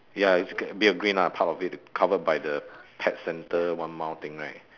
ya it's got a bit of green lah part of it covered by the pet centre one mile thing right